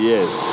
Yes